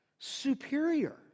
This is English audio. superior